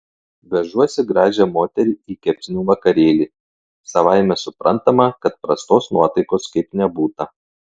vežuosi gražią moterį į kepsnių vakarėlį savaime suprantama kad prastos nuotaikos kaip nebūta